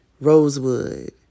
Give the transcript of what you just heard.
Rosewood